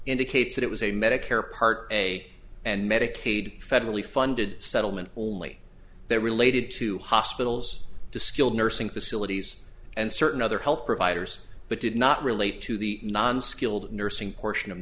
indicates that it was a medicare part a and medicaid federally funded settlement only that related to hospitals to skilled nursing facilities and certain other health providers but did not relate to the non skilled nursing portion of